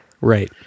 Right